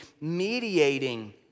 mediating